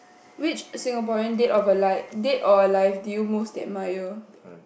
which Singaporean dead or alight dead or alive do you most admire